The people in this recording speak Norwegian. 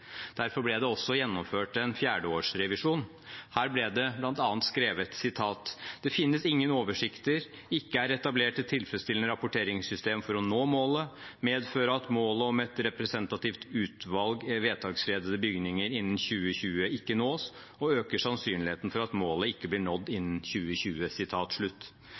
Derfor ble det også gjennomført en fjerdeårsrevisjon. Her ble det bl.a. skrevet at det «finnes ingen oversikter», og at det «ikke er etablert et tilfredsstillende rapporteringssystem for å nå målet». Videre står det: «medføre at målet om et representativt utvalg vedtaksfredede bygninger innen 2020 ikke nås» og «øker sannsynligheten for at målet ikke blir nådd innen 2020».